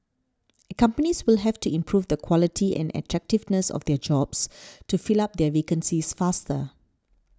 companies will have to improve the quality and attractiveness of their jobs to fill up their vacancies faster